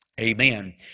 Amen